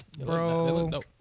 Bro